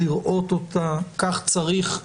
כך צריך לראותה,